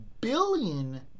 billion